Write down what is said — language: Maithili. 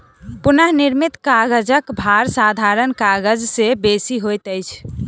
पुनःनिर्मित कागजक भार साधारण कागज से बेसी होइत अछि